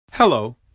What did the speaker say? Hello